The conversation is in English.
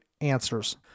Answers